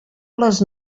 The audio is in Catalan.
les